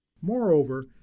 Moreover